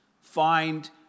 find